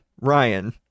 Ryan